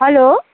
hello